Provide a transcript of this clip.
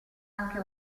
anche